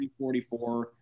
344